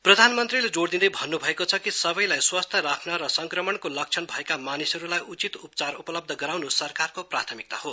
प्रधानमन्त्रीले जोर दिँदै भन्न्भएको छ कि सबैलाई राख्न र संक्रमणको लक्षण भएका मानिसहरूलाई उचित उपचार उपलब्ध गराउन् सरकारको प्राथमिकता हो